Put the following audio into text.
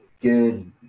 good